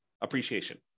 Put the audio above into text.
appreciation